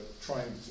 trying